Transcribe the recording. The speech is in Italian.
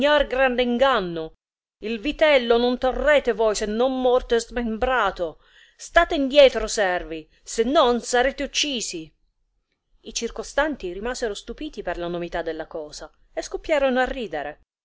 grande inganno il vitello non torrete v'oi se non morto e smembrato state indietro servi se non sarete uccisi i cii'constanti rimasero stupidi per la novità della cosa e scoppiarono di ridere